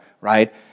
right